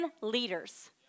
leaders